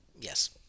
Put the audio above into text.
Yes